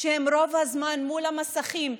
שרוב הזמן מול המסכים.